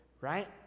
right